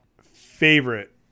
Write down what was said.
favorite